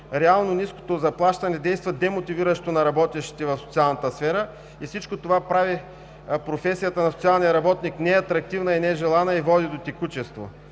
Реално ниското заплащане действа демотивиращо на работещите в социалната сфера и всичко това прави професията на социалния работник неатрактивна и нежелана и води до текучество.